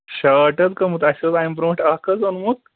short حظ گومُت اَسہِ اوس أمۍ برونٛٹھ اَکھ حظ آمُت